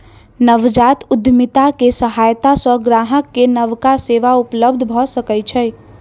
नवजात उद्यमिता के सहायता सॅ ग्राहक के नबका सेवा उपलब्ध भ सकै छै